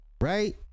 right